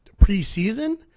preseason